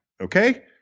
okay